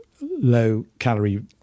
low-calorie